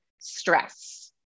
stress